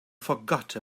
forgot